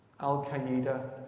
Al-Qaeda